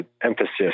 emphasis